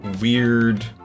weird